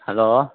hello